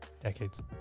Decades